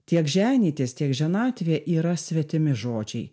tiek ženytis tiek ženatvė yra svetimi žodžiai